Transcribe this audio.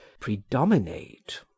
predominate